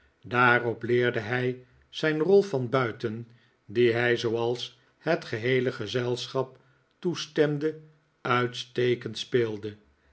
daarop leerde hij zijn rol van buiten die hij zooals het heele gezelschap toestemde uitstekend speelde